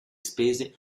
spese